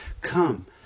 come